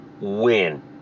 win